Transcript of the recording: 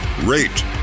rate